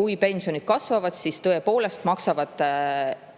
Kui pensionid kasvavad, siis tõepoolest maksavad üle